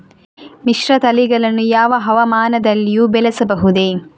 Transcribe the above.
ಮಿಶ್ರತಳಿಗಳನ್ನು ಯಾವ ಹವಾಮಾನದಲ್ಲಿಯೂ ಬೆಳೆಸಬಹುದೇ?